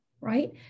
Right